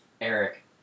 Eric